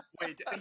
Wait